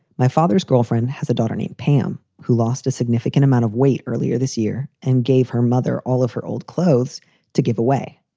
my father's girlfriend has a daughter named pam who lost a significant amount of weight earlier this year and gave her mother all of her old clothes to give away.